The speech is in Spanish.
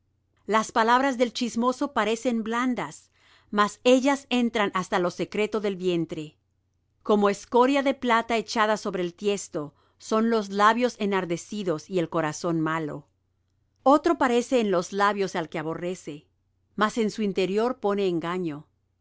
las palabras del chismoso parecen blandas mas ellas entran hasta lo secreto del vientre como escoria de plata echada sobre el tiesto son los labios enardecidos y el corazón malo otro parece en los labios al que aborrece mas en su interior pone engaño